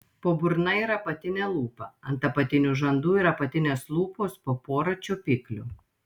po burna yra apatinė lūpa ant apatinių žandų ir apatinės lūpos po porą čiuopiklių